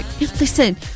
listen